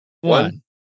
One